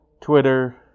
Twitter